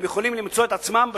והם יכולים למצוא את עצמם בשוליים.